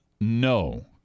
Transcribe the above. No